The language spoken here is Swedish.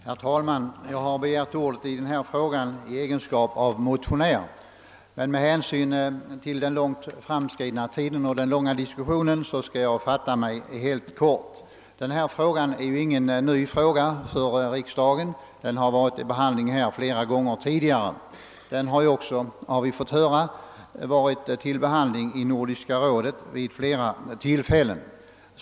Herr talman! Jag har begärt ordet i egenskap av motionär, men med hänsyn till den framskridna tiden och den långa diskussionen skall jag fatta mig kort. Detta är ju ingen ny fråga för riksdagen, utan den har varit uppe till behandling flera gånger tidigare. Den har ju också, enligt vad vi har fått höra, behandlats i Nordiska rådet vid flera tillfällen.